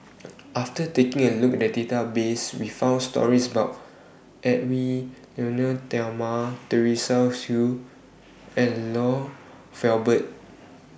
after taking A Look At The Database We found stories about Edwy Lyonet Talma Teresa Hsu and Lloyd Valberg